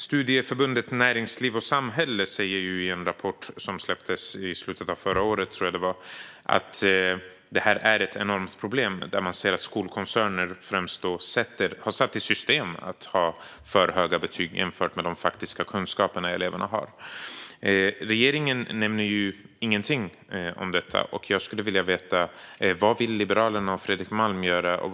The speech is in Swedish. Studieförbundet Näringsliv och Samhälle säger i en rapport som jag tror släpptes i slutet av förra året att det här är ett enormt problem och att man ser att främst skolkoncerner har satt i system att ha för höga betyg jämfört med elevernas faktiska kunskaper. Regeringen nämner ingenting om detta, och jag skulle vilja veta vad Liberalerna och Fredrik Malm vill göra.